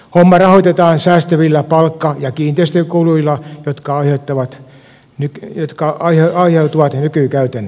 homma rahoitetaan säästyvillä palkka ja kiinteistökuluilla jotka aiheutuvat nykykäytännöstä